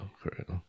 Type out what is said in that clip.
correct